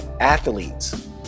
athletes